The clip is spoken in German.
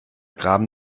graben